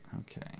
Okay